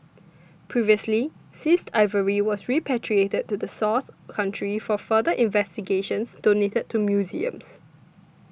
previously seized ivory was repatriated to the source country for further investigations donated to museums